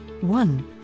One